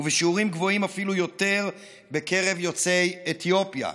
ובשיעורים גבוהים אפילו יותר בקרב יוצאי אתיופיה.